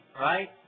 right